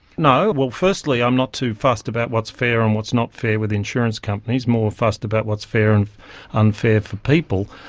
no, well, firstly i'm not too fussed about what's fair and what's not fair with insurance companies, more fussed about what's fair and unfair for people.